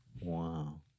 Wow